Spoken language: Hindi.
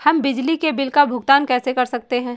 हम बिजली के बिल का भुगतान कैसे कर सकते हैं?